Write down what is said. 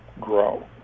grow